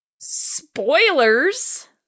Spoilers